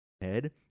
head